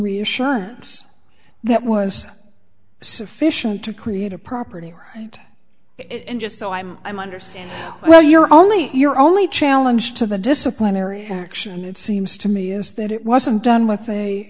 reassurance that was sufficient to create a property right it just so i'm i'm i understand well you're only you're only challenge to the disciplinary action it seems to me is that it wasn't done w